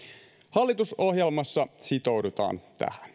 hallitusohjelmassa sitoudutaan tähän